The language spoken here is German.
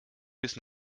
bis